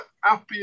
happy